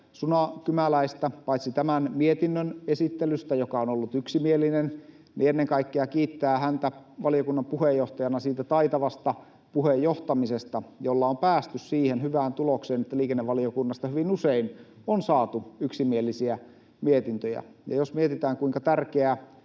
Suna Kymäläistä paitsi tämän mietinnön esittelystä, joka on ollut yksimielinen, myös ennen kaikkea valiokunnan puheenjohtajana siitä taitavasta puheen johtamisesta, jolla on päästy siihen hyvään tulokseen — liikennevaliokunnasta hyvin usein on saatu yksimielisiä mietintöjä. Ja jos mietitään, kuinka tärkeää